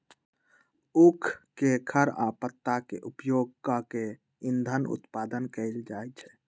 उख के खर आ पत्ता के उपयोग कऽ के इन्धन उत्पादन कएल जाइ छै